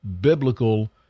Biblical